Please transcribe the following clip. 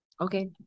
okay